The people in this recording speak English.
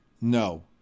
No